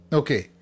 okay